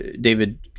David